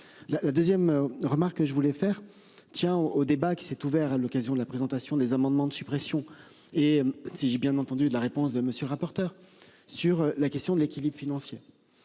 la la 2ème remarque que je voulais faire tiens au débat qui s'est ouvert à l'occasion de la présentation des amendements de suppression et si j'ai bien entendu de la. France de monsieur rapporteur sur la question de l'équilibre financier.